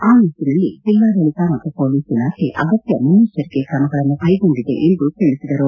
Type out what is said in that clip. ಆ ನಿಟ್ಟನಲ್ಲಿ ಜಿಲ್ಲಾಡಳತ ಮತ್ತು ಪೊಲೀಸ್ ಇಲಾಖೆ ಅಗತ್ಯ ಮುನ್ನೆಚ್ಚರಿಕೆ ಕ್ರಮಗಳನ್ನು ಕೈಗೊಂಡಿದೆ ಎಂದು ತಿಳಿಸಿದರು